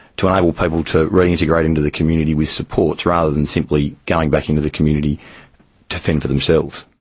to enable people to reintegrate into the community with supports rather than simply going back into the community to fend for themselves.